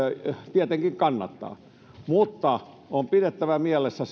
tietenkin kannattaa mutta on pidettävä mielessä